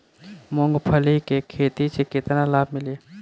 मूँगफली के खेती से केतना लाभ मिली?